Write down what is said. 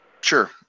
Sure